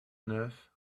neuf